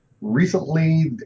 Recently